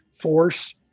force